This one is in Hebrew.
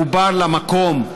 מחובר למקום,